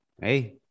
hey